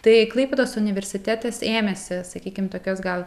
tai klaipėdos universitetas ėmėsi sakykim tokias gal